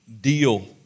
deal